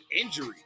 injury